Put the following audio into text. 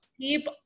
Keep